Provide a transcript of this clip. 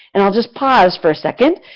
and will just pause for a second,